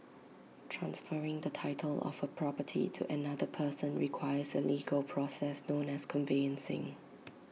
transferring the title of A property to another person requires A legal process known as conveyancing